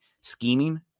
scheming